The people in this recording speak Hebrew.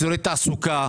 אזורי תעסוקה,